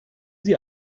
sie